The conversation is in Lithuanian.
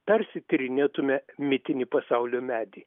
tarsi tyrinėtume mitinį pasaulio medį